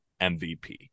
MVP